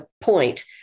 point